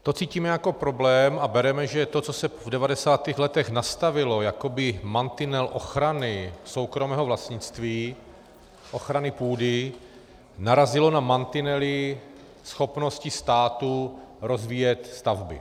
To cítíme jako problém a bereme, že to, co se v 90. letech nastavilo jakoby mantinel ochrany soukromého vlastnictví, ochrany půdy, narazilo na mantinely schopnosti státu rozvíjet stavby.